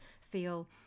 feel